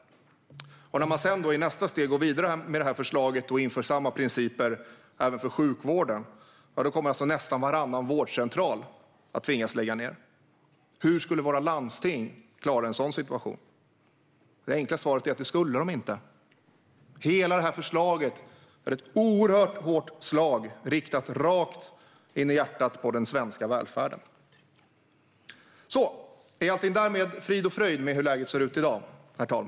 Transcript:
När man sedan, i nästa steg, går vidare med förslaget och inför samma principer även för sjukvården kommer nästan varannan vårdcentral att tvingas lägga ned. Hur skulle våra landsting klara av en sådan situation? Det enkla svaret är att de inte skulle det. Hela detta förslag är ett oerhört hårt slag riktat rakt mot den svenska välfärdens hjärta. Herr talman! Är allting därmed frid och fröjd med hur läget ser ut i dag?